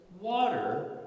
water